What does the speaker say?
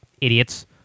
idiots